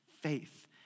faith